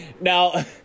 Now